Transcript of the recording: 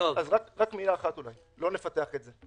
אז רק מילה אחת, לא נפתח את זה.